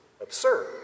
absurd